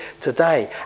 today